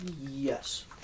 Yes